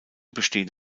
bestehen